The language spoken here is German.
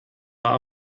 war